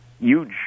huge